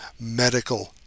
medical